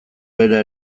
bera